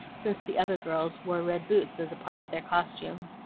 since the other girls wore red boots as a part of their costume.